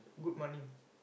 good money